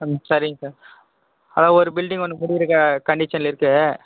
ம் சரிங்க சார் அதான் ஒரு பில்டிங் ஒன்று முடியிற கண்டிஷனில் இருக்கு